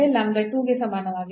Lambda 2 ಗೆ ಸಮಾನವಾಗಿದೆ